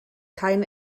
kein